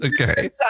Okay